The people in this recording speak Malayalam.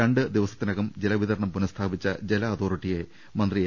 രണ്ട് ദിവസത്തിനകം ജലവിതരണം പുനഃസ്ഥാപിച്ച ജല അതോറിറ്റിയെ മന്ത്രി എ